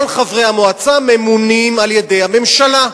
כל חברי המועצה ממונים על-ידי הממשלה,